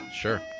Sure